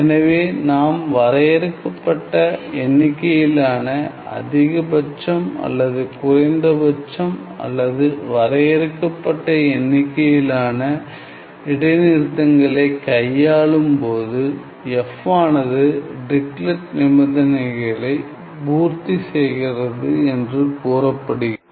எனவே நாம் வரையறுக்கப்பட்ட எண்ணிக்கையிலான அதிகபட்சம் அல்லது குறைந்தபட்சம் அல்லது வரையறுக்கப்பட்ட எண்ணிக்கையிலான இடைநிறுத்தங்களை கையாளும் போது f ஆனது டிரிக்லெட் நிபந்தனைகளை பூர்த்தி செய்கிறது என்று கூறப்படுகிறது